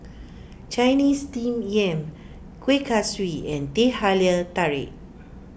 Chinese Steamed Yam Kueh Kaswi and Teh Halia Tarik